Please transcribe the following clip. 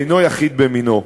אינו יחיד במינו.